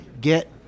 get